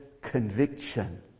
conviction